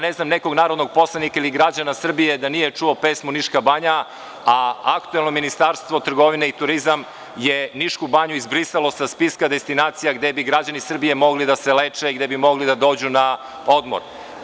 Ne znam nekog narodnog poslanika ili građana Srbije da nije čuo pesmu „Niška banja“, a aktuelno Ministarstvo trgovine i turizma je Nišku banju izbrisalo sa spiska destinacija gde bi građani Srbije mogli da se leče, gde bi mogli da dođu na odmor.